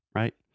right